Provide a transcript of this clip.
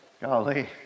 Golly